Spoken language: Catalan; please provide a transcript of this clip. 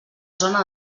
zona